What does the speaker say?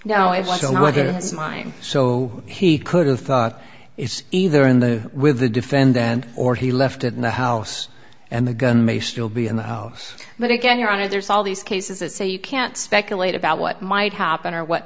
it's mine so he could have thought it's either in the with the defendant or he left in the house and the gun may still be in the house but again your honor there's all these cases that say you can't speculate about what might happen or what